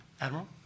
Admiral